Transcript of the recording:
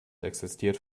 existierte